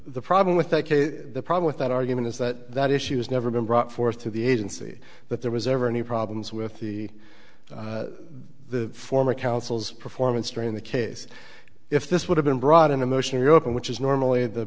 the problem with that case the problem with that argument is that that issue was never been brought forth to the agency that there was ever any problems with the the former counsel's performance during the case if this would have been brought in a motion to reopen which is normally the